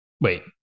wait